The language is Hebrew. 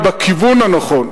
היא בכיוון הנכון.